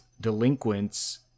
delinquents